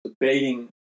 debating